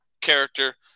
character